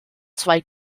zwei